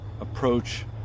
approach